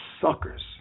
suckers